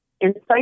insight